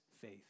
faith